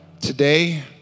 Today